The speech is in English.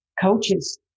coaches